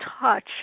touch